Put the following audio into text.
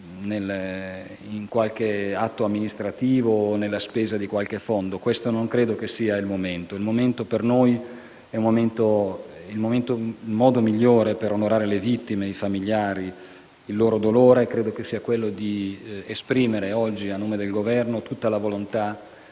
in qualche atto amministrativo o nella spesa di qualche fondo. Questo non credo che sia il momento. Il modo migliore per onorare le vittime, i familiari e il loro dolore credo sia quello di esprimere oggi, a nome del Governo, tutta la volontà